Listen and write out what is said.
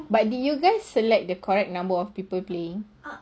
but did you guys select the correct number of people playing